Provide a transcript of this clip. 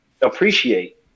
appreciate